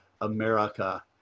America